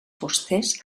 fusters